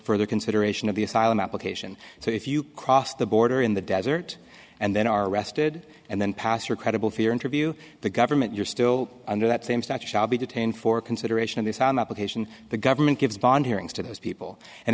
further consideration of the asylum application so if you cross the border in the desert and then are arrested and then pass or credible fear interview the government you're still under that same status shall be detained for consideration of this on the application the government gives bond hearings to those people and